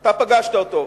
אתה פגשת אותו.